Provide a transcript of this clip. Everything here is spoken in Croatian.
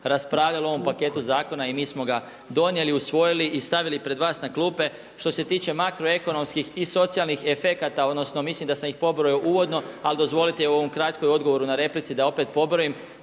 raspravljala o ovom paketu zakona i mi smo ga donijeli, usvojili i stavili pred vas na klupe. Što se tiče makroekonomskih i socijalnih efekata odnosno mislim da sam ih pobrojao uvodno, ali dozvolite i u ovom kratkom odgovoru na repliku da opet pobrojim